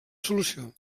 solució